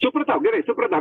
supratau gerai supratau